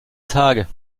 tage